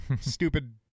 stupid